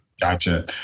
Gotcha